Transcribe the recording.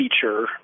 feature